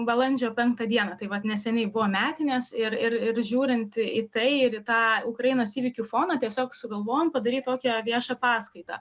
balandžio penktą dieną tai vat neseniai buvo metinės ir ir ir žiūrint į tai ir į tą ukrainos įvykių foną tiesiog sugalvojom padaryt tokią viešą paskaitą